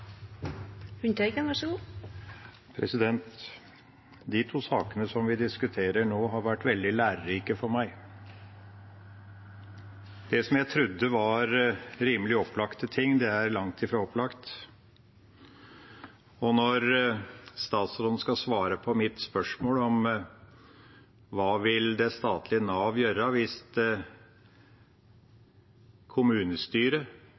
to sakene vi diskuterer nå, har vært veldig lærerike for meg. Det jeg trodde var rimelig opplagte ting, er langt ifra opplagt. Når statsråden skal svare på mitt spørsmål om hva det statlige Nav